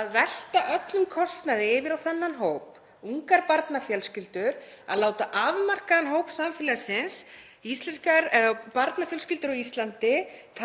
að velta öllum kostnaði yfir á þennan hóp, ungar barnafjölskyldur, að láta afmarkaðan hóp samfélagsins, barnafjölskyldur á Íslandi,